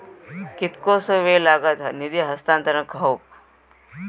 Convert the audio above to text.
कितकोसो वेळ लागत निधी हस्तांतरण हौक?